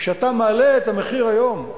כשאתה מעלה את המחיר היום,